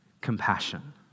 Compassion